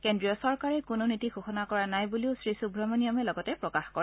কেন্দ্ৰীয় চৰকাৰে কোনো নীতি ঘোষণা কৰা নাই বুলিও শ্ৰীসূৱমণিয়মে লগতে প্ৰকাশ কৰে